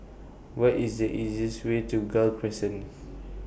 What IS The easiest Way to Gul Crescent